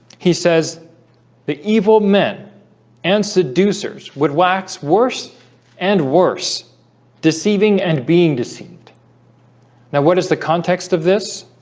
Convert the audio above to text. he says the evil men and seducers would wax worse and worse deceiving and being deceived now what is the context of this?